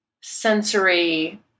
sensory